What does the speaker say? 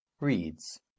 Reads